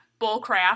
bullcrap